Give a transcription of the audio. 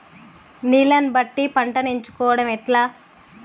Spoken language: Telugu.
నీళ్లని బట్టి పంటను ఎంచుకోవడం ఎట్లా?